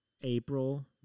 April